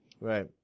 Right